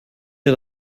wir